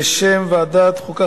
בשם ועדת החוקה,